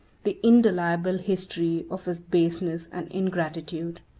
the indelible history of his baseness and ingratitude.